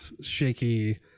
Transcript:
shaky